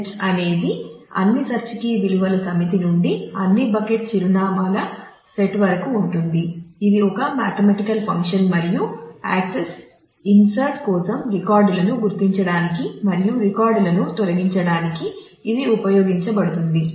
hash function కోసం రికార్డులను గుర్తించడానికి మరియు రికార్డులను తొలగించడానికి ఇది ఉపయోగించబడుతుంది